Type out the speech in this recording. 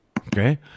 Okay